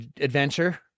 adventure